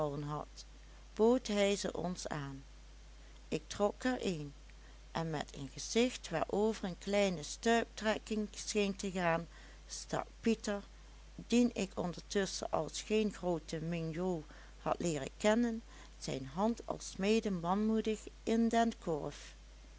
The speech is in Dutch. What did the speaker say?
had bood hij ze ons aan ik trok er een en met een gezicht waarover een kleine stuiptrekking scheen te gaan stak pieter dien ik ondertusschen als geen grooten mingaud had leeren kennen zijn hand alsmede manmoedig in den korf